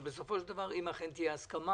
אבל בסופו של דבר אם אכן תהיה הסכמה